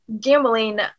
gambling